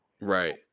Right